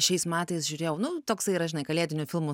šiais metais žiūrėjau nu toksai yra žinai kalėdinių filmų